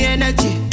energy